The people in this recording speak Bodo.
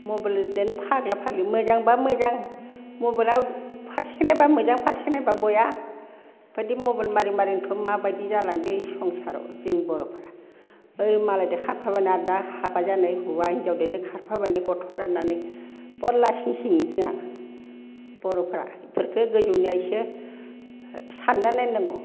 मबाइलजोनो फाग्ला फाग्लि मोजांब्ला मोजां मबाइला फारसेखै नायब्ला मोजां फारसेखै नायब्ला बया बिदि मबाइल मारि मारिनथ' माबायदि जालांदो इ संसाराव जोंनि बर'फोरा ओइ मालायदो खारफाबायना दा हाबा जानाय हौवा हिनजावजोनो खारफाबायनाय गथ' गारनानै बर लासिं सिं जोंहा बर'फोरा इफोरखो गोजौनियासो सानना नायनांगौ